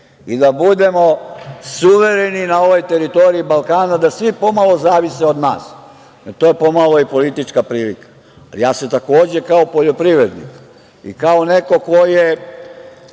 i da budemo suvereni na ovoj teritoriji Balkana, da svi po malo zavise od nas. To je po malo i politička prilika. Takođe, se kao poljoprivrednik, i kao neko ko je